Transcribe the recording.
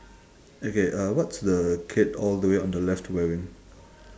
okay uh what's the kid all the way on the left wearing